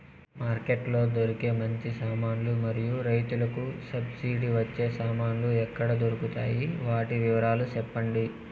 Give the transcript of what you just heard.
Market లో దొరికే మంచి సామాన్లు మరియు రైతుకు సబ్సిడి వచ్చే సామాన్లు ఎక్కడ దొరుకుతాయి? వాటి వివరాలు సెప్పండి?